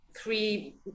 three